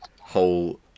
whole